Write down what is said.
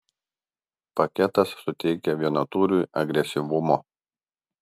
paketas suteikia vienatūriui agresyvumo